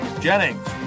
Jennings